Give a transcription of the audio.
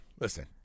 Listen